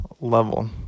level